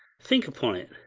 think upon it,